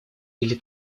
или